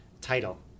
title